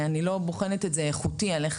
אני לא בוחנת את זה איכותי על איך